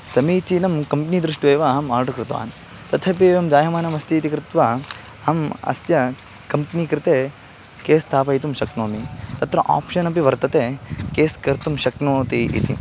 समीचीनं कम्पनी दृष्ट्वैव अहम् आर्डर् कृतवान् तथपि एवं जायमानमस्ति इति कृत्वा अहम् अस्य कम्पनी कृते केस् स्थापयितुं शक्नोमि तत्र आप्शन् अपि वर्तते केस् कर्तुं शक्नोति इति